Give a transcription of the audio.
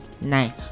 nine